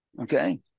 Okay